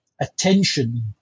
attention